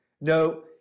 No